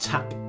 Tap